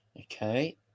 Okay